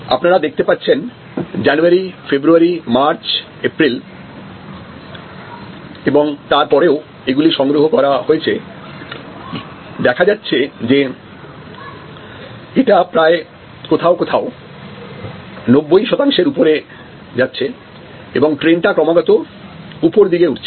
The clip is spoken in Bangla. আপনারা দেখতে পাচ্ছেন জানুয়ারি ফেব্রুয়ারি মার্চ এপ্রিল এবং তার পরেও এগুলি সংগ্রহ করা হয়েছে দেখা যাচ্ছে যে এটা প্রায় কোথাও কোথাও 90 শতাংশের ওপরে যাচ্ছে এবং ট্রেন্ড টা ক্রমাগত উপর দিকে উঠছে